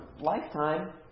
lifetime